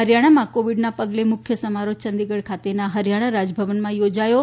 હરીયાણામાં કોવિડનાં પગલે મુખ્ય સમારોહ ચંડીગઢ ખાતેનાં હરિયાણા રાજભવનમાં યોજાયો હતો